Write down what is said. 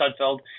Sudfeld